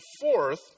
fourth